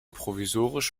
provisorisch